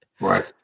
Right